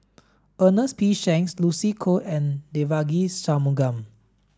Ernest P Shanks Lucy Koh and Devagi Sanmugam